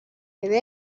idea